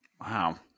Wow